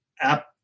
app